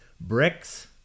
bricks